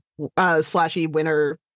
Slashy-winner